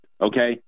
okay